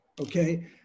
Okay